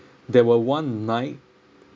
there were one night